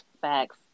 Facts